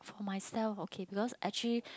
myself okay because actually